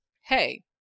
Hey